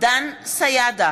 דן סידה,